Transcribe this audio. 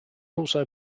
also